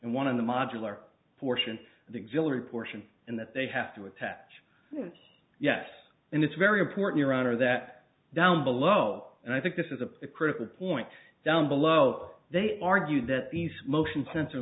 and one of the modular portion and exhilarate portion and that they have to attach yes and it's very important around or that down below and i think this is a critical point down below they argue that these motion sensor